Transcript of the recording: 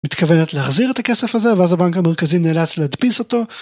מתכוונת להחזיר את הכסף הזה ואז הבנק המרכזי נאלץ לדפיס אותו.